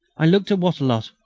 i looked at wattrelot.